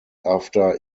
after